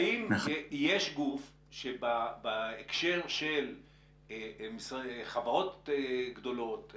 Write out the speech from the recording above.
האם יש גוף שבהקשר של חברות גדולות,